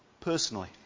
personally